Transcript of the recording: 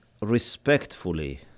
respectfully